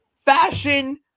fashion